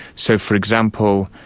so, for example,